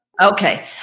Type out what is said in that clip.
Okay